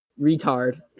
retard